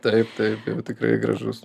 taip taip jau tikrai gražus